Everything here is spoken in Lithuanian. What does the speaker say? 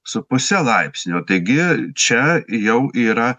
su puse laipsnio taigi čia jau yra